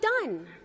done